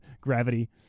gravity